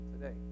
today